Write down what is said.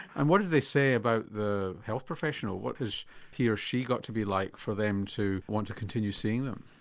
and what did they say about the health professional, what has he or she got to be like for them to want to continue seeing them?